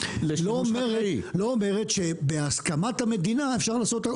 לא אומרת שבהסמכת המדינה אפשר לעשות,